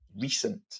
recent